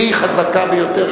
והיא חזקה ביותר,